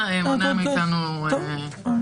ההסתייגות נפלה.